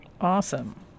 Awesome